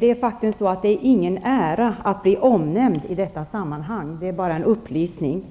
Herr talman! Det är ingen ära att bli omnämnd i detta sammanhang. Det är bara en upplysning.